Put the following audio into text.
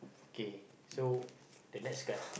okay so the next card